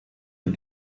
you